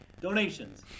donations